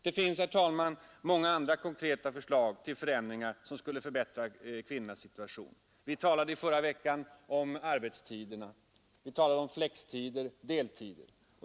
Det finns, herr talman, många andra konkreta förslag till förändringar som skulle förbättra kvinnornas situation. Vi talade i förra veckan om arbetstiderna, om flextider och deltider.